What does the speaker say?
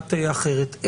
מעט אחרת.